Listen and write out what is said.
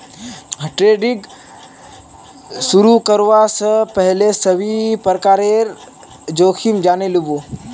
trading शुरू करवा स पहल सभी प्रकारेर जोखिम जाने लिबो